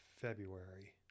February